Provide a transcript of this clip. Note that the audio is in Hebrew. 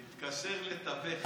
התקשר לתווך.